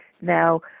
Now